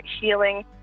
healing